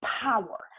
power